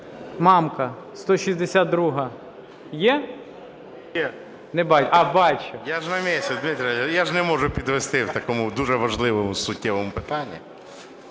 МАМКА Г.М. Я ж на місці, Дмитре, я ж не можу підвести в такому дуже важливому, суттєвому питанні.